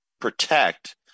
protect